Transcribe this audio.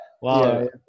Wow